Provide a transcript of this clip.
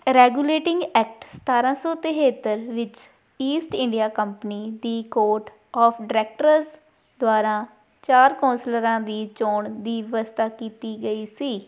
regulating act ਸਤਾਰ੍ਹਾਂ ਸੌ ਤੇਹੇਤਰ ਵਿੱਚ ਈਸਟ ਇੰਡੀਆ ਕੰਪਨੀ ਦੀ ਕੋਰਟ ਆਫ ਡਾਇਰੈਕਟਰਸ ਦੁਆਰਾ ਚਾਰ ਕੌਂਸਲਰਾਂ ਦੀ ਚੋਣ ਦੀ ਵਿਵਸਥਾ ਕੀਤੀ ਗਈ ਸੀ